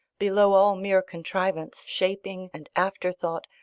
below all mere contrivance, shaping and afterthought,